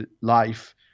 life